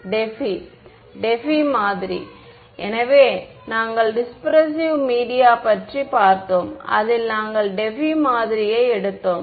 மாணவர் Debye Debye மாதிரி எனவே நாங்கள் டிஸ்பிரஷிவ் மீடியா பற்றி பார்த்தோம் அதில் நாங்கள் டெபி மாதிரியை எடுத்தோம்